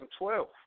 2012